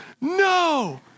No